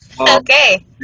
Okay